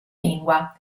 lingua